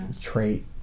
Trait